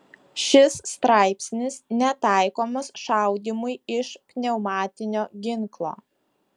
šis straipsnis netaikomas šaudymui iš pneumatinio ginklo